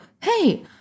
Hey